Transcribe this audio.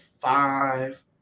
five